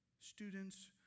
students